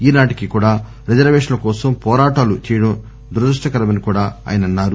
ఈనాటికీ కూడా రిజర్వేషన్ల కోసం పోరాటాలు చేయడం దురదృష్ణకరమన్నారు